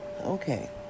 Okay